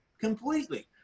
completely